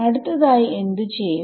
അടുത്തതായി എന്ത് ചെയ്യും